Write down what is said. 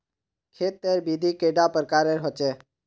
खेत तेर विधि कैडा प्रकारेर होचे?